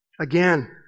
again